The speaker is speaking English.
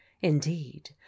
indeed